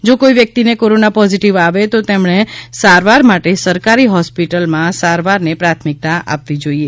જો કોઈ વ્યક્તિને કોરોના પોઝીટીવઆવે તો તેણે સારવાર માટે સરકારી હોસ્પિટલમાં સારવારને પ્રાથમિકતા આપવી જોઈએ